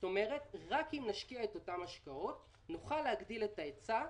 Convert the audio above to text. רק אם נשקיע את אותן השקעות נוכל להגדיל את ההיצע.